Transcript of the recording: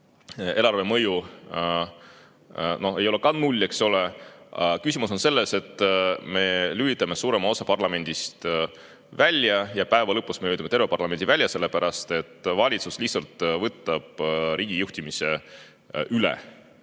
eelarvemõju ei ole ka null, eks ole, aga küsimus on selles, et me lülitame suurema osa parlamendist välja ja päeva lõpus me lülitame terve parlamendi välja, sest valitsus lihtsalt võtab riigi juhtimise üle.